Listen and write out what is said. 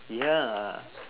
ya